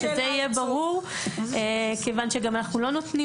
שזה יהיה ברור כיוון שגם אנחנו לא נותנים